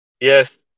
Yes